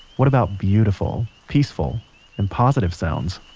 what about beautiful, peaceful and positive sounds?